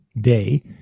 day